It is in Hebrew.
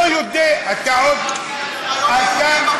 אתה לא יהודי במדינה הזאת.